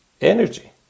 energy